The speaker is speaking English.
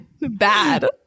Bad